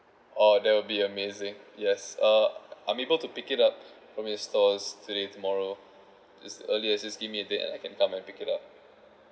oh that will be amazing yes uh I'm able to pick it up from your stores today tomorrow just earlier just give me a date I can come and pick it up